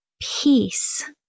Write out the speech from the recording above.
peace